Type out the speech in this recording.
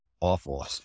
awful